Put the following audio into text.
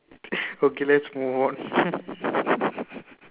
okay let's move on